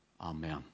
Amen